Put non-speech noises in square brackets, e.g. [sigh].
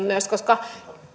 [unintelligible] myös omistusasunnoissa koska